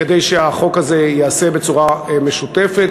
כדי שהחוק הזה ייעשה בצורה משותפת.